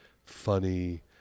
funny